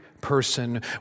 person